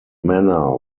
manner